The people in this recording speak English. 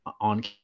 on